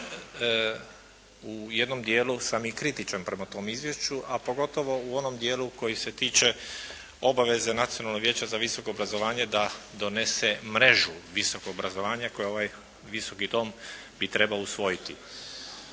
u jednom dijelu sam i kritičan prema tom izvješću, a pogotovo u onom dijelu koji se tiče obaveze Nacionalnog vijeća za visoko obrazovanje da donese mrežu visokog obrazovanja koje ovaj Visoki dom bi trebao usvojiti.